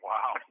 Wow